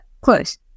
close